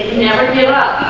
never give up.